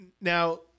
now